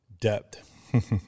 Depth